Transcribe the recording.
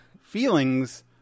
feelings